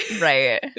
Right